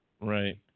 right